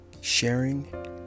sharing